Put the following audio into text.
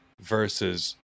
versus